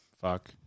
fuck